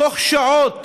תוך שעות,